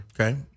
Okay